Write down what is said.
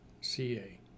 CA